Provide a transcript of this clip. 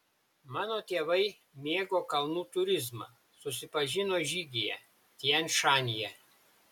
mano tėvai mėgo kalnų turizmą susipažino žygyje tian šanyje